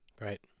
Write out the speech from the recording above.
Right